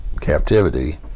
captivity